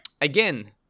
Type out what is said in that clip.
Again